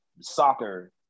soccer